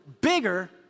bigger